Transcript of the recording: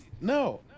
No